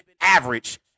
average